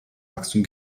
wachstum